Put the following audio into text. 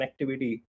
connectivity